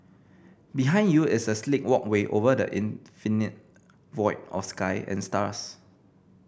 behind you is a sleek walkway over the infinite void of sky and stars